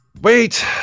Wait